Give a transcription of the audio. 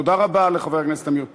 תודה רבה לחבר הכנסת עמיר פרץ.